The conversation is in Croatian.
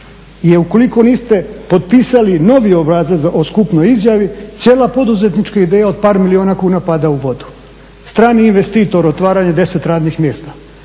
I ukoliko niste potpisali novi obrazac o skupnoj izjavi cijela poduzetnička ideja od par milijuna kuna pada u vodu. Strani investitor otvaranje 10 radnih mjesta,